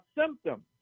symptoms